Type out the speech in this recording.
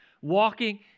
walking